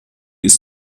ist